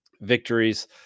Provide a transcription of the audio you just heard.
victories